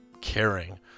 caring